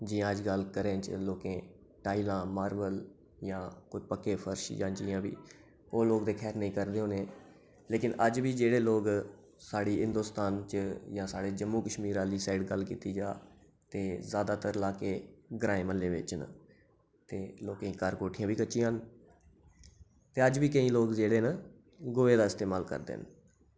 जि'यां अजकल घरें च लोकें टाइलां मारबल जां कोई पक्के फर्श जि'यां बी ओह् लोग ते खैर नेईं करदे होने लेकिन अज्ज बी जेह्ड़े लोग साढी हिंदोस्तान च जां साढ़े जम्मू कश्मीर आह्ली साइड गल्ल कीती जा ते जैदातर लाह्के ग्राएं मह्ल्लें बिच न ते लोकें दे घर कोठियां बी कच्चियां न ते अज्ज बी केईं लोग जेह्ड़े न गोहे दा इस्तेमाल करदे न